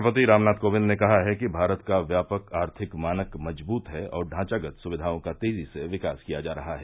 राष्ट्रपति रामनाथ कोविंद ने कहा है कि भारत का व्यापक आर्थिक मानक मजबूत है और ढांचागत सुविघाओं का तेजी से विकास किया जा रहा है